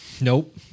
Nope